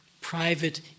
private